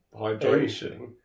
hydration